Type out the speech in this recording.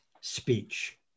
speech